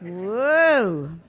whoa!